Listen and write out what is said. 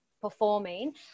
performing